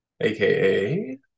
AKA